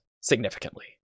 significantly